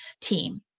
team